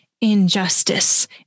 injustice